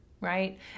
right